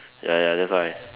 ya ya that's why